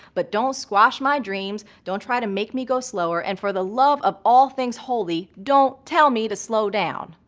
but don't squash my dreams, don't try to make me go slower, and for the love of all things holy, don't tell me to slow down.